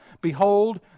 Behold